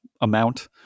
amount